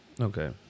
Okay